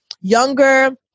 younger